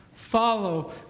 Follow